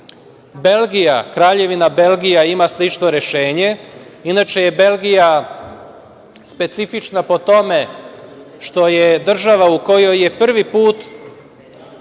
pravu. Kraljevina Belgija ima slično rešenje. Inače je Belgija specifična po tome što je država u kojoj je prvi put